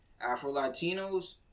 Afro-Latinos